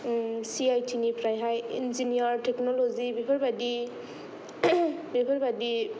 C I T निफ्राय हाय engineer technology बेफोरबादि बेफोरबादि